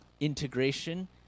integration